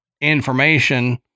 information